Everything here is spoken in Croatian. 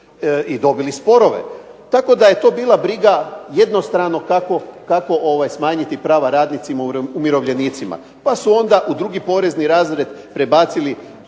i dobili sporove. Tako da je to bila briga jednostranog tako smanjiti prava radnicima i umirovljenicima pa su onda u drugi porezni razred prebacili